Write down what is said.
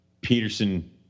Peterson